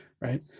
right